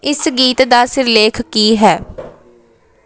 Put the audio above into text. ਇਸ ਗੀਤ ਦਾ ਸਿਰਲੇਖ ਕੀ ਹੈ